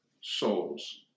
souls